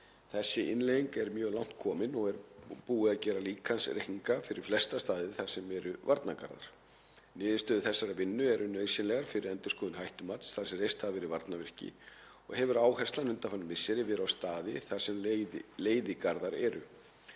Þessi innleiðing er mjög langt komin og er búið að gera líkanreikninga fyrir flesta staði þar sem eru varnargarðar. Niðurstöður þessarar vinnu eru nauðsynlegar fyrir endurskoðun hættumats þar sem reist hafa verið varnarvirki og hefur áherslan undanfarin misseri verið á staði þar sem leiðigarðar eru.